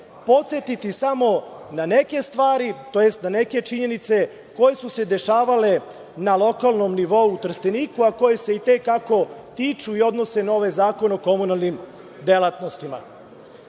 podsetiti samo na neke stvari tj. na neke činjenice koje su se dešavale na lokalnom nivou u Trsteniku, a koje se i te kako tiču i odnose na ovaj Zakon o komunalnim delatnostima. Evo,